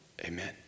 Amen